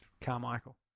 Carmichael